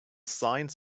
signs